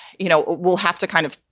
you know, we'll have to kind of.